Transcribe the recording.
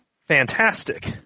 fantastic